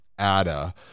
ADA